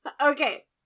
Okay